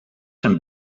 zijn